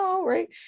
Right